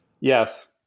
Yes